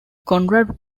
conrad